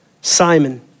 Simon